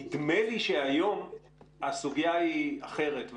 נדמה לי שהיום הסוגיה היא אחרת.